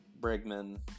Bregman